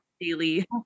daily